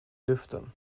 luften